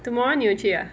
tomorrow 你有去啊